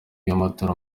y’amatora